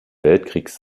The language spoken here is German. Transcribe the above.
weltkriegs